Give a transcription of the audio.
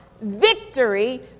victory